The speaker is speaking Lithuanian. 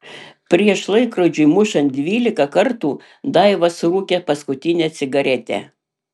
prieš laikrodžiui mušant dvylika kartų daiva surūkė paskutinę cigaretę